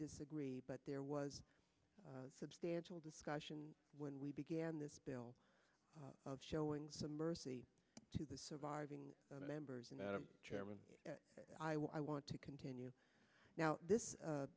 disagree but there was a substantial discussion when we began this bill of showing some mercy to the surviving members and i want to continue now this